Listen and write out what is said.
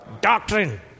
Doctrine